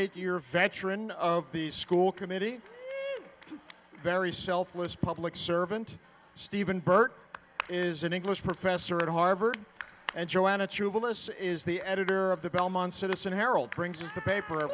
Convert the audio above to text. eight year veteran of the school committee very selfless public servant stephen burt is an english professor at harvard and joanna chewable this is the editor of the belmont citizen herald brings the paper